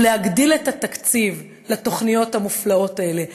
להגדיל את התקציב לתוכניות המופלאות האלה,